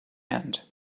end